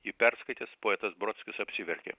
jį perskaitęs poetas brodskis apsiverkė